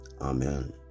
Amen